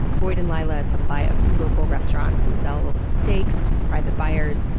boyd and lila supply a few local restaurants and sell steaks to private buyers,